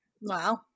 Wow